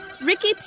Ricky